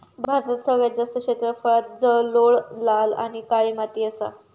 भारतात सगळ्यात जास्त क्षेत्रफळांत जलोळ, लाल आणि काळी माती असा